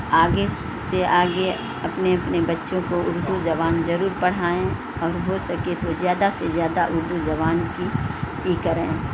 آگے سے آگے اپنے اپنے بچوں کو اردو زبان ضرور پڑھائیں اور ہو سکے تو زیادہ سے زیادہ اردو زبان کی ای کریں